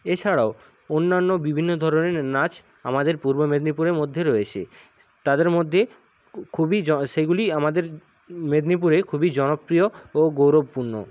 এছাড়াও অন্যান্য বিভিন্ন ধরনের নাচ আমাদের পূর্ব মেদিনীপুরের মধ্যেই রয়েছে তাদের মধ্যে খুবই জন সেইগুলি আমাদের মেদিনীপুরে খুবই জনপ্রিয় ও গৌরবপূর্ণ